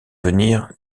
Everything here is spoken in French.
venir